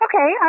Okay